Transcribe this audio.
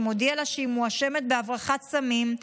שמודיע לה שהיא מואשמת בהברחת סמים.